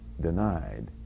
denied